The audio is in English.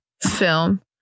film